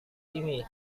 ini